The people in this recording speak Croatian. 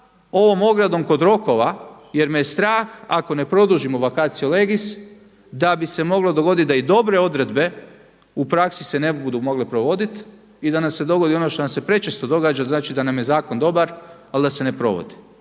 ovom ogradom kod rokova jer me je strah ako ne produžimo vacatio legis da bi se moglo dogoditi da i dobre odredbe u praksi se ne budu mogle provoditi i da nam se dogodi ono što nam se prečesto događa da nam je zakon dobar, ali da se ne provodi.